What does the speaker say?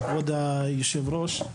כבוד היושב-ראש,